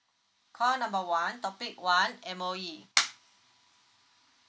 call number one topic one M_O_E